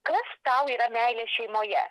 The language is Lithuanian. kas tau yra meilė šeimoje